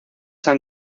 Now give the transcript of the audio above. han